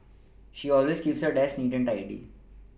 she always keeps her desk neat and tidy